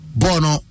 bono